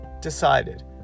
decided